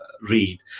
read